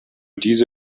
diese